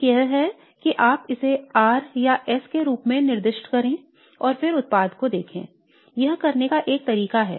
एक यह है कि आप इसे R या S के रूप में निर्दिष्ट करें और फिर उत्पाद को देखें यह करने का एक तरीका है